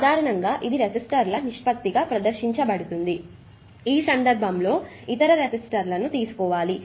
సాధారణంగా ఇది రెసిస్టర్ల నిష్పత్తిగా ప్రదర్శించబడుతుంది ఈ సందర్భంలో ఇతర రెసిస్టర్ను తీసుకోవాలి